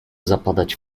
zapadać